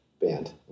band